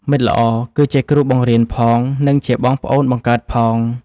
មិត្តល្អគឺជាគ្រូបង្រៀនផង និងជាបងប្អូនបង្កើតផង។